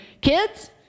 kids